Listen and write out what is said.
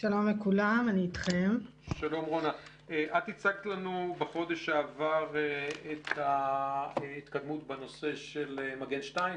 את הצגת לנו בחודש שעבר את ההתקדמות בנושא של מגן 2,